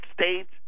States